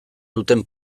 duten